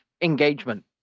engagement